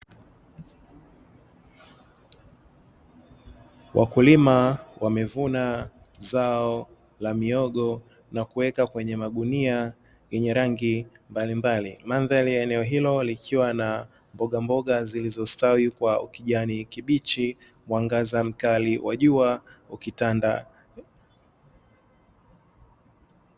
Wakulima wamevuna zao la mihogo na kuweka kwenye magunia yenye rangi mbalimbali. Mandhari ya eneo hilo likiwa na mbogamboga zilizostawi kwa ukijani kibichi, mwangaza mkali wa jua ukitanda.